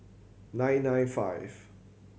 nine nine five